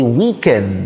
weaken